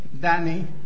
Danny